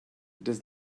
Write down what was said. does